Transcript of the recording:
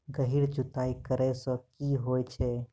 गहिर जुताई करैय सँ की होइ छै?